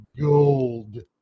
gold